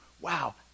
wow